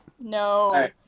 no